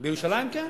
בירושלים, כן.